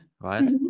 right